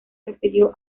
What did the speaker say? refirió